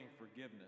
forgiveness